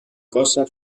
cosa